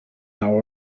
naw